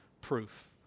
proof